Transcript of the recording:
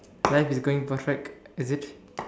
life is going perfect is it